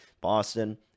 Boston